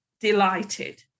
delighted